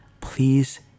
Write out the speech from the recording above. please